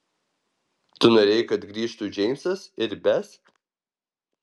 tu norėjai kad grįžtų džeimsas ir bes